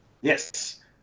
Yes